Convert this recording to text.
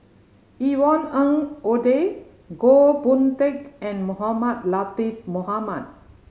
Yvonne Ng Uhde Goh Boon Teck and Mohamed Latiff Mohamed